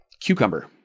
cucumber